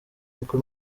kuko